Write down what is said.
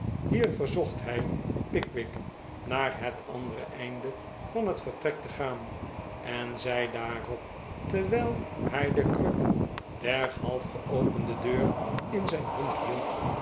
hier verzocht hij pickwick naar het andere einde van het vertrek te gaan en zei daarop terwijl hij de kruk der half geopende deur in zijn hand hield